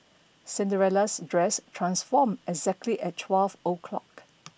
Cinderella's dress transformed exactly at twelve o'clock